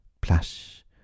plush